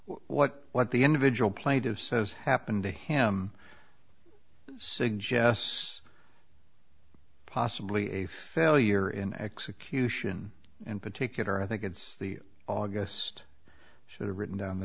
what what the individual plaintive says happened to him suggests possibly a failure in execution in particular i think it's the august should have written down the